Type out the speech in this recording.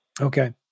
Okay